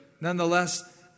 nonetheless